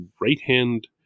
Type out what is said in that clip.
right-hand